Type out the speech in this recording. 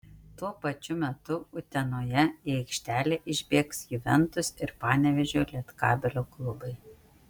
tuo pačiu metu utenoje į aikštelę išbėgs juventus ir panevėžio lietkabelio klubai